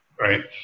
Right